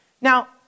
Now